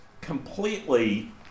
completely